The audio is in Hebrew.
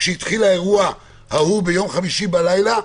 כשהתחיל האירוע ההוא ביום חמישי בלילה,